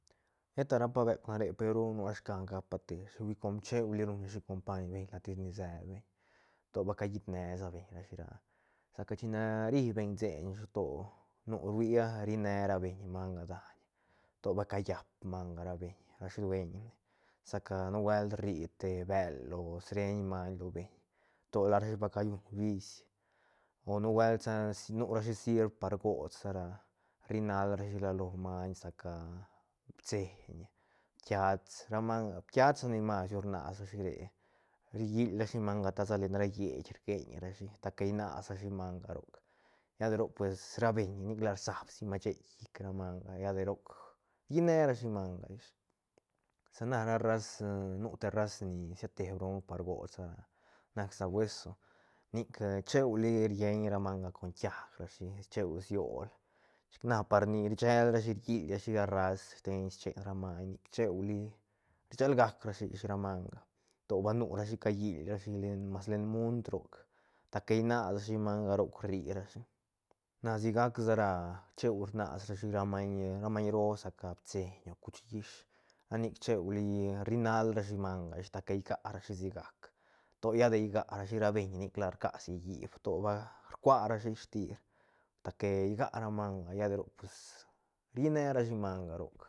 Sheta rapa beuk ra re pe ru nua skan ga pa teshi hui com cheuli ruñrashi compaiñ beñ la tis ni sebeñ to ba callit nesa rashi ra sa ca china ri beñ seiñish to nu rhui ri ne ra beñ manga daiñ to ba callap manga ra beñ ra sdueñne sa ca nubuelt rri te bël o sreiñ maiñ lo beñ to larashi ba calluñ bish o nu buelt sa nu rashi sirb par gots sa ra rri nal rashi ra lo maiñ sa ca pseiñ piats ra manga piats nac ni mas ru rnas rashi re riil rashi manga ta sa len ra lleí rgeñ rashi ta que nasrashi manga roc lla de roc pues ra beñ nic la rsabsi masheit llic ra manga lla de roc rllí nerashi manga ish sa na ra raz nu te raz ni siate brok par gost ra nac sa bueso nic cheuli rlleiñ ra manga con kiaj rashi cheu siool chic na par ni rchel rashi kilrashi ra rast steñ chen ra maiñ cheuli shel gac rashi ish ra manga to ba nurashi callil rashi mas len munt roc ta que nas shi manga roc rri rashi na sigac sa ra cheu rnasrashi ra maiñ roo sa ca pseiñ o cuch hiish ra nic cheuli rri nal ra shi manga ish ta que giarashi si gac to lla de giarashi ra beñ nic la rcasi lliíb to ba rcua rashi ish tir ta que gia ramanga lla de roc pues rine rashi manga roc.